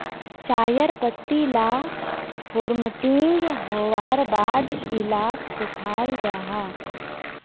चायर पत्ती ला फोर्मटिंग होवार बाद इलाक सुखाल जाहा